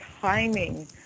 timing